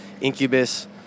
Incubus